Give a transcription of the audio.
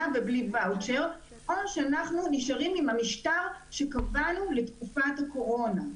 ובלי וואוצ'ר או שאנחנו נשארים עם המשטר שקבענו לתקופת הקורונה.